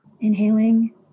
Inhaling